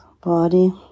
body